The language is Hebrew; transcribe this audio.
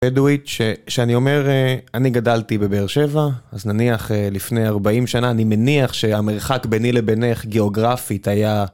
בדואית, שאני אומר אני גדלתי בבאר שבע אז נניח לפני ארבעים שנה אני מניח שהמרחק ביני לבינך גיאוגרפית היה